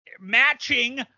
Matching